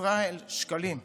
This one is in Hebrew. ישראל שקלים,